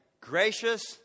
gracious